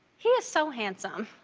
he is so handsome.